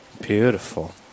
Beautiful